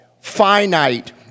finite